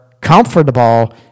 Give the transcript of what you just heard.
comfortable